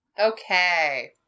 Okay